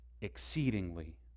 exceedingly